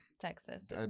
Texas